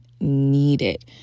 needed